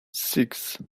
six